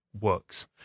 works